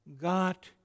got